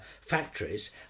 factories